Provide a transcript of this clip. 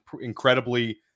incredibly